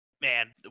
man